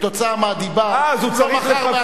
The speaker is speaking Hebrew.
וכתוצאה מהדיבה הוא לא מכר,